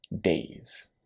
days